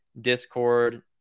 discord